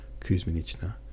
Kuzminichna